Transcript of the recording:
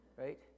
Right